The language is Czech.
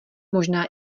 možná